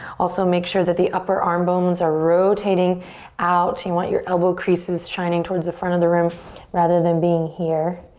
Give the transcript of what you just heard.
also make sure that the upper arm bones are rotating out. you want your elbow creases shining towards the front of the room rather than being here.